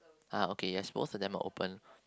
ah okay yes most of them are open